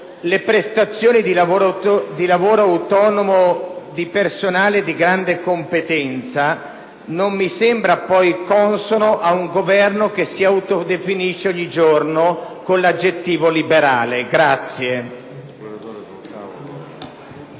le prestazioni di lavoro autonomo di personale di grande competenza non mi sembra consono ad un Governo che si autodefinisce ogni giorno con l'aggettivo liberale. *(Applausi